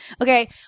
Okay